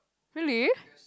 really